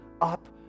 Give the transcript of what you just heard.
up